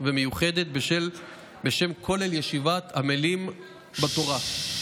ומיוחדת בשם כולל עמלים בתורה,